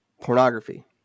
Pornography